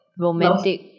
Romantic